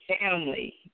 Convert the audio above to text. Family